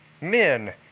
Men